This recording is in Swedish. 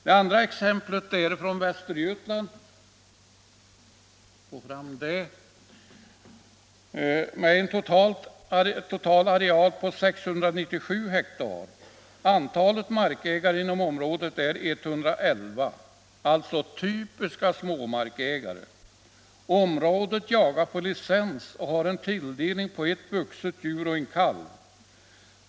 Det andra exemplet är från Västergötland, och bilden visar ett område med en total areal på 697 hektar. Antalet markägare inom området är 111, alltså typiska småmarkägare. Området jagar på licens och har en tilldelning av ett vuxet djur och en kalv.